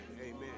Amen